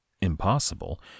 impossible